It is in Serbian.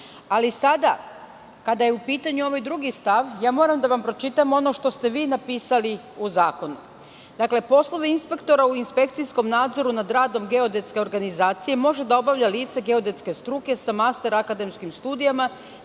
ali sada, kada je u pitanju ovaj drugi stav, moram da vam pročitam ono što ste vi napisali u zakonu. Dakle, poslove inspektora u inspekcijskom nadzoru nad radom geodetske organizacije može da obavlja lice geodetskih struke sa masterakademskim studijama,